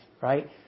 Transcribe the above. right